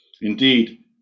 Indeed